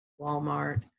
Walmart